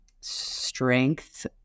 strength